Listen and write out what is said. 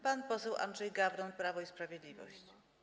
Pan poseł Andrzej Gawron, Prawo i Sprawiedliwość.